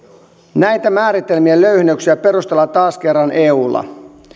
näitä määritelmien löyhennöksiä perustellaan taas kerran eulla